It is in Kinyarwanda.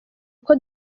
uko